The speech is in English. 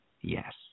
yes